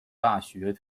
大学